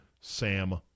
Sam